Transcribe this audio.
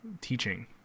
teaching